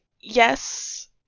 yes